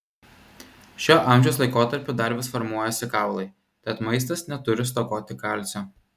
šiuo amžiaus laikotarpiu dar vis formuojasi kaulai tad maistas neturi stokoti kalcio